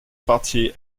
party